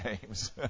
James